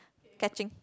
catching